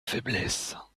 faiblesse